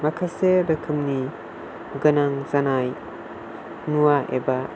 माखासे रोखोमनि गोनां जानाय मुवा एबा